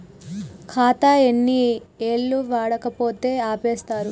ఖాతా ఎన్ని ఏళ్లు వాడకపోతే ఆపేత్తరు?